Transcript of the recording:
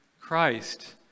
Christ